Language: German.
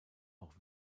auch